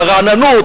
על רעננות,